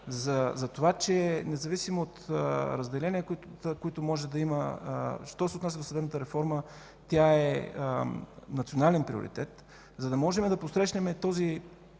за това че независимо от разделения, които може да има, що се отнася до съдебната реформа, тя е национален приоритет, за да можем да посрещнем този